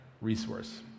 resource